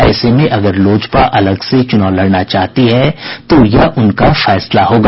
ऐसे में अगर लोजपा अलग से चुनाव लड़ना चाहती है तो यह उनका फैसला होगा